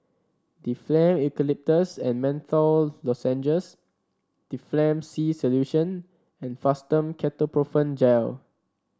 Difflam Eucalyptus and Menthol Lozenges Difflam C Solution and Fastum Ketoprofen Gel